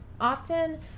often